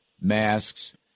masks